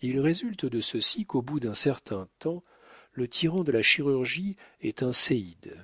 il résulte de ceci qu'au bout d'un certain temps le tyran de la chirurgie eut un séide